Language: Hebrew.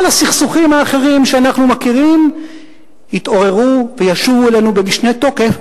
כל הסכסוכים האחרים שאנחנו מכירים יתעוררו וישובו אלינו במשנה תוקף,